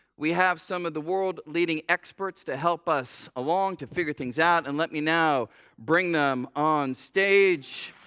we have some of the world leading experts to help us along, to figure things out. and let me now bring them on stage.